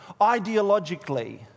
ideologically